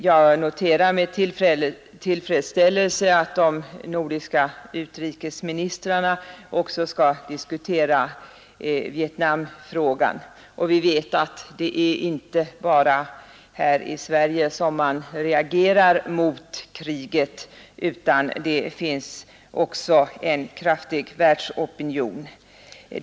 Jag noterar med tillfredsställelse att de nordiska utrikesministrarna också skall diskutera Vietnamfrågan. Vi vet att det är inte bara här i Sverige som man reagerar mot kriget, utan det finns också en kraftig världsopinion.